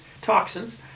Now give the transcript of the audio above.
toxins